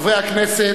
חברי הכנסת,